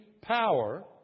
power